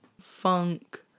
funk